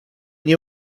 nie